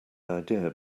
idea